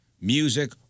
music